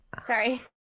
Sorry